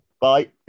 Bye